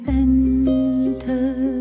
enter